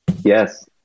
Yes